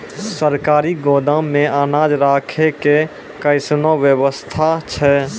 सरकारी गोदाम मे अनाज राखै के कैसनौ वयवस्था होय छै?